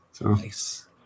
Nice